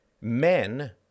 men